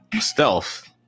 stealth